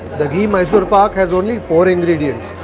the ghee mysore pak has only four ingredients.